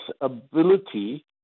ability